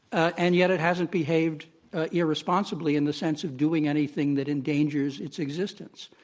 and yet it hasn't behaved irresponsibly in the sense of doing anything that endangers its existence.